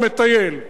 מטייל?